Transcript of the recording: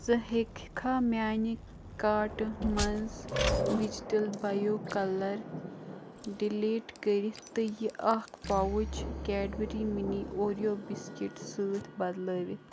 ژٕ ہیٚککھا میانہِ کاٹہٕ مَنٛز وِجِٹل بیو کَلَر ڈِلیٖٹ کٔرِتھ تہٕ یہِ اکھ پاوچ کیڈبرٛی مِنی اوریو بِسکِٹ سۭتۍ بدلٲوِتھ